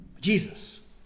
Jesus